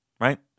right